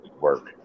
work